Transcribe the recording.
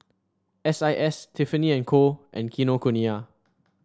S I S Tiffany And Co and Kinokuniya